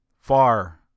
Far